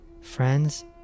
friends